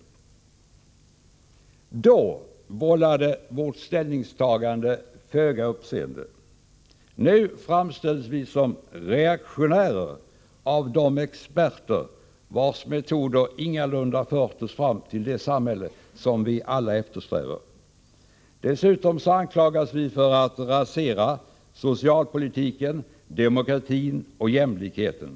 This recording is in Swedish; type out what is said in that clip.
Tidigare väckte vårt ställningstagande föga uppseende. Nu framställs vi som reaktionärer av de experter vilkas metoder ingalunda fört oss fram till det samhälle utan narkotika som vi alla eftersträvar. Dessutom anklagas vi för att rasera socialpolitiken, demokratin och jämlikheten.